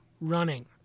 running